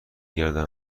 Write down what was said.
گردم